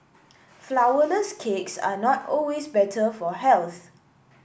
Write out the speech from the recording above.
flour less cakes are not always better for health